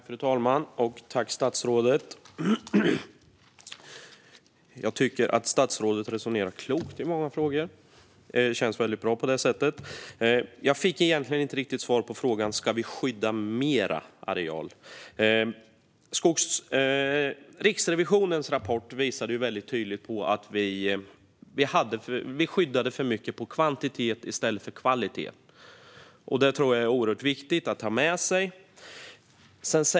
Fru talman! Tack, statsrådet! Jag tycker att statsrådet resonerar klokt i många frågor. Det känns väldigt bra på det sättet. Jag fick egentligen inte riktigt svar på frågan: Ska vi skydda mer areal? Riksrevisionens rapport visade väldigt tydligt på att vi skyddade för mycket på kvantitet i stället för kvalitet. Det är oerhört viktigt att ta med sig.